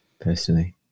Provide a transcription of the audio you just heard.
personally